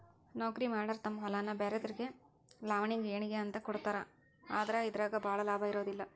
ನೌಕರಿಮಾಡಾರ ತಮ್ಮ ಹೊಲಾನ ಬ್ರ್ಯಾರೆದಾರಿಗೆ ಲಾವಣಿ ಗೇಣಿಗೆ ಅಂತ ಕೊಡ್ತಾರ ಆದ್ರ ಇದರಾಗ ಭಾಳ ಲಾಭಾ ಇರುದಿಲ್ಲಾ